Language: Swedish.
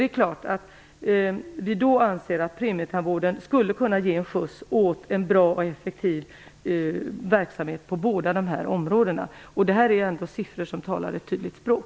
Det är klart att vi då anser att premietandvården skulle kunna ge skjuts åt en bra och effektiv verksamhet på båda områdena. Siffrorna talar ändå ett tydligt språk.